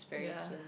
ya